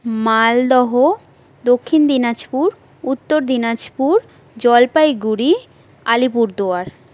Malda Dakshin Dinajpur Uttar Dinajpur Jalpaiguri Alipurduar